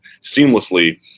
seamlessly